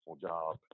job